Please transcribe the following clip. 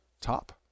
top